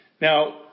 Now